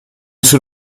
sul